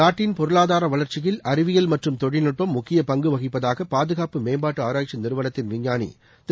நாட்டின் பொருளாதார வளர்ச்சியில் அறிவியல் மற்றும் தொழில்நுட்பம் முக்கியப் பங்கு வகிப்பதாக பாதுகாப்பு மேம்பாட்டு ஆராய்ச்சி நிறுவனத்தின் விஞ்ஞானி திரு